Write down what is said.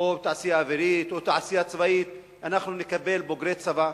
בתעשייה האווירית או בתעשייה הצבאית אנחנו נקבל בוגרי צבא,